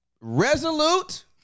resolute